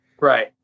Right